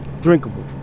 drinkable